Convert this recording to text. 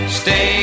stay